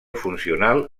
funcional